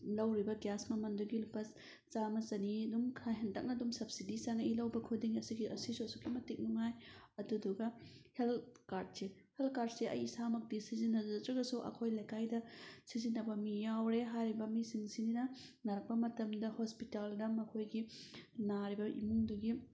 ꯂꯧꯔꯤꯕ ꯒ꯭ꯌꯥꯁ ꯃꯃꯜꯗꯨꯒꯤ ꯂꯨꯄꯥ ꯆꯥꯃ ꯆꯅꯤ ꯑꯗꯨꯝ ꯈꯔ ꯍꯦꯟꯇꯛꯅ ꯑꯗꯨꯝ ꯁꯕꯁꯤꯗꯤ ꯆꯪꯉꯛꯏ ꯂꯧꯕ ꯈꯨꯗꯤꯡꯒꯤ ꯑꯁꯤꯒꯤ ꯑꯁꯤꯁꯨ ꯑꯁꯨꯛꯀꯤ ꯃꯇꯤꯛ ꯅꯨꯡꯉꯥꯏ ꯑꯗꯨꯗꯨꯒ ꯍꯦꯜꯊ ꯀꯥꯔꯗꯁꯦ ꯍꯦꯜꯊ ꯀꯥꯏꯔꯗꯁꯦ ꯑꯩ ꯏꯁꯥꯃꯛꯇꯤ ꯁꯤꯖꯤꯟꯅꯖꯗ꯭ꯔꯒꯁꯨ ꯑꯩꯈꯣꯏ ꯂꯩꯀꯥꯏꯗ ꯁꯤꯖꯤꯟꯅꯕꯕ ꯃꯤ ꯌꯥꯎꯔꯦ ꯍꯥꯏꯔꯤꯕ ꯃꯤꯁꯤꯡꯁꯤꯅ ꯅꯥꯔꯛꯄ ꯃꯇꯝꯗ ꯍꯣꯁꯄꯤꯇꯥꯜꯗ ꯃꯈꯣꯏꯒꯤ ꯅꯥꯔꯤꯕ ꯏꯃꯨꯡꯗꯨꯒꯤ